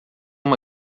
uma